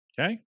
Okay